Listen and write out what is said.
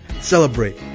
celebrate